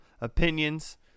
opinions